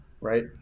right